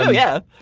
yeah.